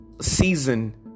season